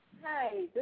Hi